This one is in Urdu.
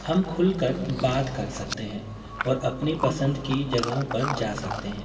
ہم کھل کر بات کر سکتے ہیں اور اپنی پسند کی جگہوں پر جا سکتے ہیں